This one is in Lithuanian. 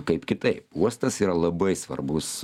kaip kitaip uostas yra labai svarbus